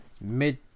mid